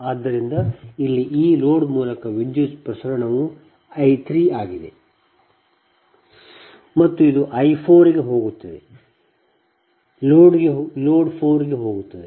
ಆದ್ದರಿಂದ ಇಲ್ಲಿ ಈ ಲೋಡ್ ಮೂಲಕ ವಿದ್ಯುತ್ ಪ್ರಸರಣವು I 3 ಆಗಿದೆ ಮತ್ತು ಇದು I 4 ಗೆ ಹೋಗುತ್ತಿದೆ ಲೋಡ್ 4 ಗೆ ಹೋಗುತ್ತದೆ